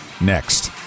next